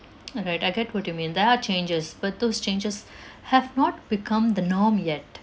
all right I get what you mean there are changes but those changes have not become the norm yet